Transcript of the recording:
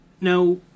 now